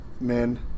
men